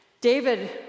David